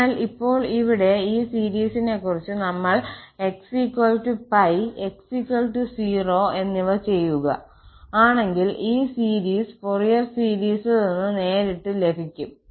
അതിനാൽ ഇപ്പോൾ ഇവിടെ ഈ സീരിസിനെകുറിച്ച് നമ്മൾ x 𝜋 𝑥 0 എന്നിവ ചെയ്യുക ആണെങ്കിൽ ഈ സീരീസ് ഫൊറിയർ സീരിസിൽ നിന്ന് നേരിട്ട് നമുക്ക് ലഭിക്കും